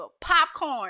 Popcorn